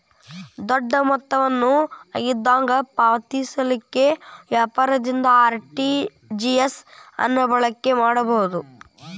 ದೊಡ್ಡ ಮೊತ್ತವನ್ನು ಆಗಿಂದಾಗ ಪಾವತಿಸಲಿಕ್ಕೆ ವ್ಯಾಪಾರದಿಂದ ಆರ್.ಟಿ.ಜಿ.ಎಸ್ ಅನ್ನ ಬಳಕೆ ಮಾಡಬಹುದು